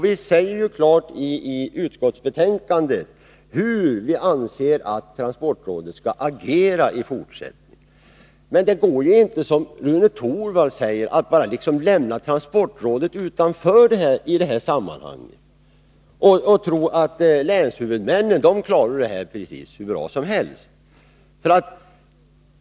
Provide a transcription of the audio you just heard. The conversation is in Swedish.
Vi säger klart i utskottsbetänkandet hur vi anser att transportrådet skall agera i fortsättningen. Men det går inte att, som Rune Torwald säger, bara lämna transportrådet utanför i detta sammanhang och tro att länshuvudmännen klarar detta precis hur bra som helst.